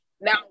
now